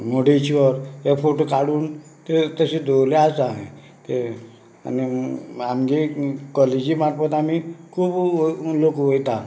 मुर्डेश्वर हे फोटो काडून ते तशे दवरिल्ले आसा हांवें ते आनी आमचे कॉलेजी मार्फत आमी खूब लोक वयता